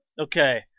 Okay